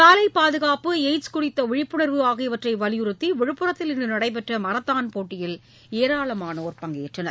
சாலை பாதுகாப்பு எயிட்ஸ் குறித்த விழிப்புணர்வு ஆகியவற்றை வலியுறுத்தி விழுப்புரத்தில் இன்று நடைபெற்ற மாரத்தான் போட்டியில் ஏராளமானோர் பங்கேற்றனர்